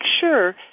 sure